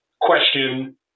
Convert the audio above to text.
question